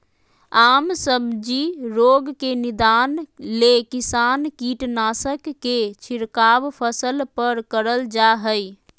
आम सब्जी रोग के निदान ले किसान कीटनाशक के छिड़काव फसल पर करल जा हई